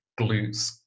glutes